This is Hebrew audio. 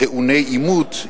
"טעוני אימות",